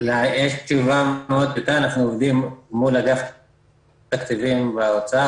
--- אנחנו עובדים מול אגף תקציבים באוצר